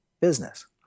business